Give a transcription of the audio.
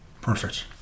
Perfect